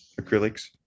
acrylics